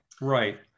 right